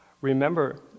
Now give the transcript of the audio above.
Remember